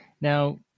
Now